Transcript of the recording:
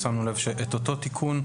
שמנו לב לכך שאת אותו התיקון,